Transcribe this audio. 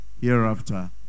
hereafter